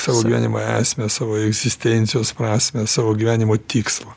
savo gyvenimo esmę savo egzistencijos prasmę savo gyvenimo tikslą